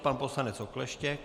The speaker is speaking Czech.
Pan poslanec Okleštěk.